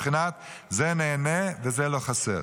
בבחינת זה נהנה וזה לא חסר,